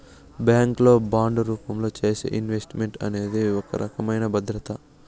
bank లో bond రూపంలో చేసే ఇన్వెస్ట్ మెంట్ అనేది ఒక రకమైన భద్రత